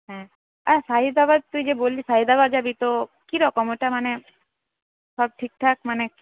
হ্যাঁ আর শাহি ধাবা তুই যে বললি শাহি ধাবা যাবি তো কিরকম ওটা মানে সব ঠিকঠাক মানে